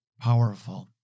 Powerful